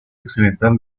occidental